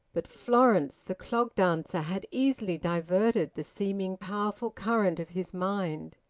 but florence the clog-dancer had easily diverted the seeming-powerful current of his mind.